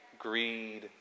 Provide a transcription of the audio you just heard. greed